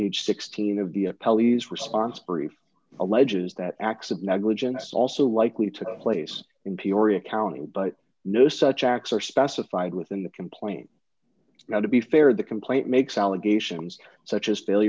age sixteen of the pelleas response brief alleges that acts of negligence also likely took place in peoria county but no such acts are specified within the complaint now to be fair the complaint makes allegations such as